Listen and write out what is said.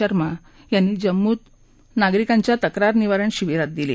शर्मा यांनी नागरिकांच्या तक्रार निवारण शिविरात दिली